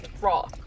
raw